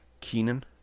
Keenan